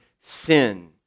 sin